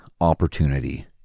opportunity